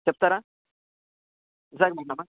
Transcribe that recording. చెప్తారా విశాఖపట్నమా